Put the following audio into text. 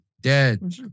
Dead